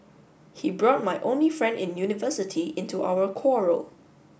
he brought my only friend in university into our quarrel